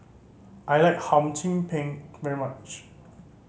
I like Hum Chim Peng very much